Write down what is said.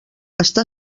està